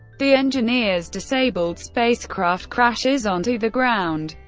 the engineer's disabled spacecraft crashes onto the ground,